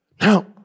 Now